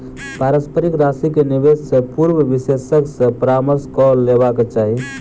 पारस्परिक राशि के निवेश से पूर्व विशेषज्ञ सॅ परामर्श कअ लेबाक चाही